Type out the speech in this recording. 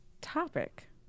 topic